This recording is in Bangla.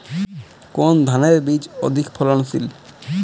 কোন ধানের বীজ অধিক ফলনশীল?